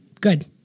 Good